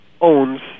owns